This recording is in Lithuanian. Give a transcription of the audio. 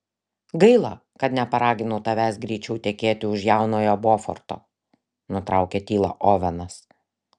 gaila kad neparaginau tavęs greičiau tekėti už jaunojo boforto nutraukė tylą ovenas